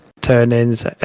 turn-ins